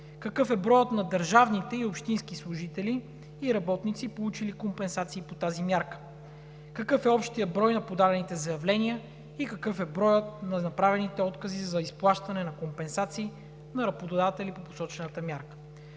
Какъв е броят на държавните и общинските служители и работници, получили компенсации по тази мярка? Какъв е общият брой на подадените заявления и какъв е броят на направените откази за изплащане на компенсации на работодатели по посочената мярка?